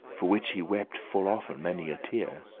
for which he wept full often many a tear.